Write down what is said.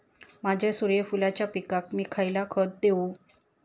माझ्या सूर्यफुलाच्या पिकाक मी खयला खत देवू?